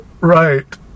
right